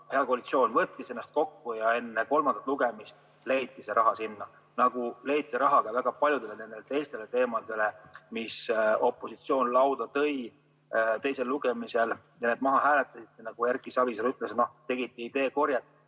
hea koalitsioon võttis ennast kokku ja enne kolmandat lugemist leiti see raha sinna, nagu leiti raha ka väga paljudele teistele teemadele, mille opositsioon lauda tõi. Teisel lugemisel need hääletati maha. Erki Savisaar ütles, et te tegite ideekorjet.